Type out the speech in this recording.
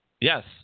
Yes